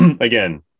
again